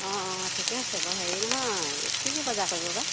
অঁ অঁ ঠিকে আছে বাৰু হেৰি নহয় কি কি বজাৰ কৰিব বা